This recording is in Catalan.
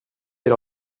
per